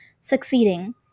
succeeding